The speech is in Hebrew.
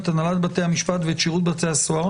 את הנהלת בתי המשפט ואת שירות בתי הסוהר